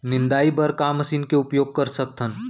निंदाई बर का मशीन के उपयोग कर सकथन?